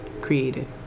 created